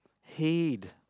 heed